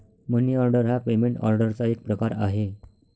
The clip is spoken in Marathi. मनी ऑर्डर हा पेमेंट ऑर्डरचा एक प्रकार आहे